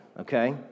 Okay